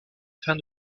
fin